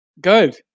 Good